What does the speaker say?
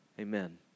Amen